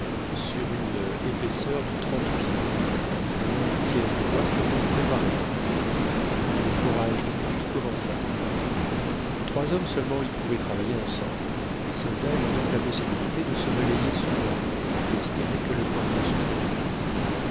sur une épaisseur de trente pieds au moins de longues pièces de bois furent donc préparées à cet effet et le forage du puits commença trois hommes seulement y pouvaient travailler ensemble les soldats eurent donc la possibilité de se relayer souvent et l'on put espérer que le creusement se ferait vite